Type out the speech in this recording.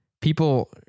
people